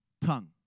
tongue